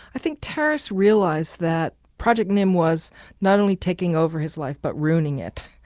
i think terrace realised that project nim was not only taking over his life but ruining it.